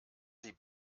sie